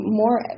more